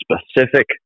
specific